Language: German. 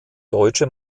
deutsche